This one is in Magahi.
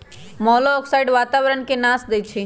मोलॉक्साइड्स वातावरण के नाश देई छइ